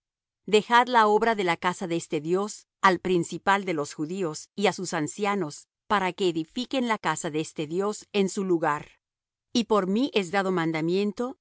dejad la obra de la casa de este dios al principal de los judíos y á sus ancianos para que edifiquen la casa de este dios en su lugar y por mí es dado mandamiento de